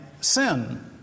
sin